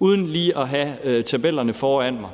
Uden lige at have tabellerne foran mig